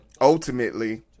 Ultimately